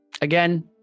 again